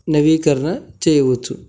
నవీకరణ చెయ్యవచ్చు